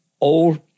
Old